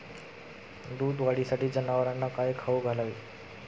दूध वाढीसाठी जनावरांना काय खाऊ घालावे?